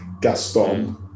Gaston